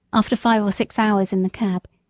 after five or six hours in the cab,